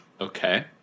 Okay